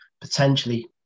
potentially